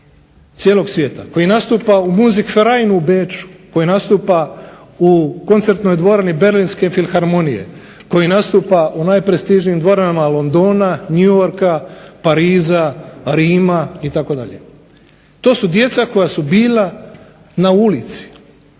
cijelog svijeta, koji nastupa u Musicferainu u Beču, koji nastupa u koncertnoj dvorani Berlinske filharmonije, koji nastupa u najprestižnijim dvoranama Londona, New Yorka, Pariza, Rima itd. To su djeca koja su bila na ulici